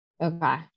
Okay